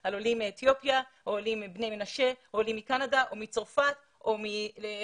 על עולים מאתיופיה או עולים מבני מנשה או עולים מקנדה או מצרפת או מחבר